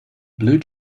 blue